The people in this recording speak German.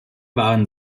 waren